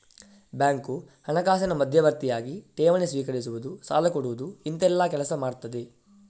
bank ಹಣಕಾಸಿನ ಮಧ್ಯವರ್ತಿಯಾಗಿ ಠೇವಣಿ ಸ್ವೀಕರಿಸುದು, ಸಾಲ ಕೊಡುದು ಇಂತೆಲ್ಲ ಕೆಲಸ ಮಾಡ್ತದೆ